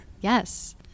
Yes